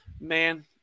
Man